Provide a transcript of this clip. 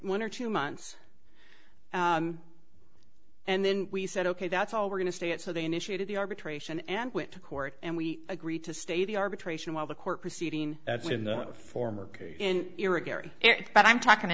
one or two months and then we said ok that's all we're going to stay it so they initiated the arbitration and went to court and we agreed to stay the arbitration while the court proceeding in the former era gary but i'm talking